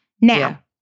Now